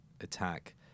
attack